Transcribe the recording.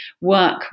work